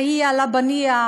ש"הִיֶ הִיֶ לבנִיה".